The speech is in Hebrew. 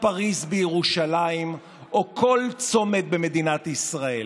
פריז בירושלים או כל צומת במדינת ישראל.